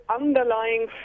underlying